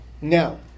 Now